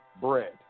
bread